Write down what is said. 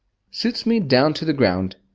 suits me down to the ground.